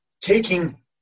taking